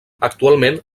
actualment